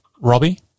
Robbie